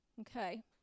okay